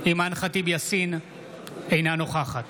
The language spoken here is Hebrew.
אינה נוכחת